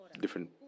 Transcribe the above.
different